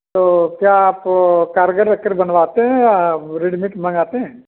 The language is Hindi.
तो क्या आप कारीगर रख कर बनवाते हैं या रेडिमेट मँगाते हैं